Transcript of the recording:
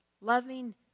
Loving